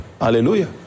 Hallelujah